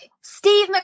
Steve